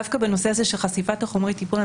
דווקא בנושא של חשיפת חומרי טיפול,